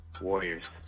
Warriors